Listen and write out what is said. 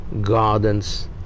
gardens